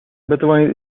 بتوانید